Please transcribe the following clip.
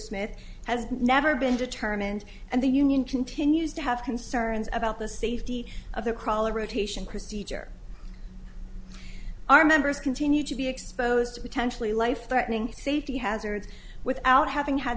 smith has never been determined and the union continues to have concerns about the safety of the crawler rotation procedure our members continue to be exposed to potentially life threatening safety hazards without having had